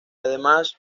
además